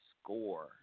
score